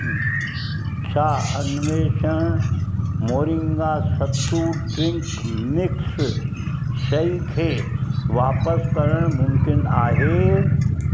छा अन्वेषण moringa sattu drink mix शइ खे वापसि करणु मुमकिन आहे